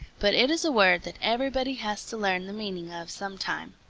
but it is a word that everybody has to learn the meaning of sometime.